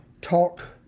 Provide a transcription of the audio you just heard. talk